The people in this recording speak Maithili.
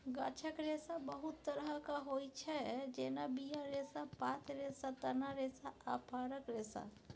गाछक रेशा बहुत तरहक होइ छै जेना बीया रेशा, पात रेशा, तना रेशा आ फरक रेशा